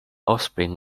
offspring